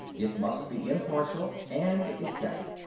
it must be impartial and exact.